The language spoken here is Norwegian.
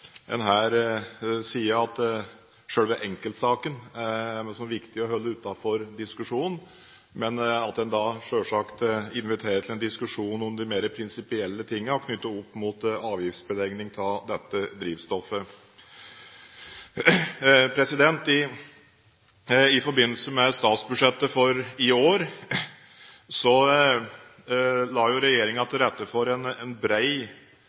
en her sier at selve enkeltsaken er det viktig å holde utenfor diskusjonen, men at en selvsagt inviterer til en diskusjon om de mer prinsipielle tingene knyttet til avgiftsbelegging av dette drivstoffet. I forbindelse med statsbudsjettet for i år la regjeringen til rette for en bred drøfting av bil- og drivstoffavgifter. Det var et viktig grunnlag for en